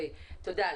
תודה.